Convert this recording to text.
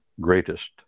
greatest